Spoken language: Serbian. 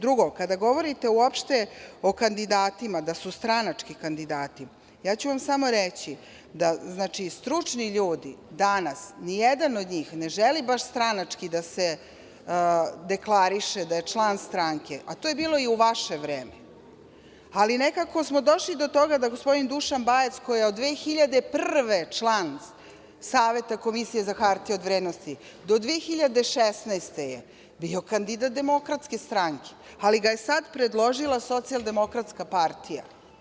Drugo, kada govorite o kandidatima, da su stranački kandidati, ja ću vam samo reći da stručni ljudi danas, ni jedan od njih, ne žele da se stranački deklarišu, da su članovi stranke, a to je bilo i u vaše vreme, ali nekako smo došli do toga da gospodin Dušan Bajec, koji je od 2001. godine član Saveta Komisije za hartije od vrednosti, do 2016. godine je, bio kandidat DS, ali ga je sada predložila Socijaldemokratska partija.